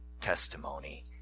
testimony